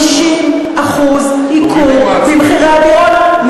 50% ייקור במחירי הדירות.